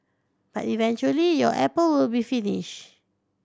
but eventually your apple will be finish